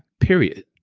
period.